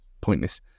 pointless